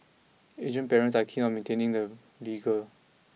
Asian parents are keen on maintaining the rigour